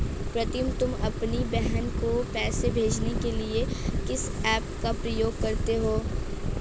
प्रीतम तुम अपनी बहन को पैसे भेजने के लिए किस ऐप का प्रयोग करते हो?